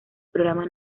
programa